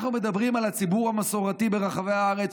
אנחנו מדברים על הציבור המסורתי ברחבי הארץ,